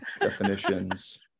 definitions